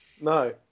No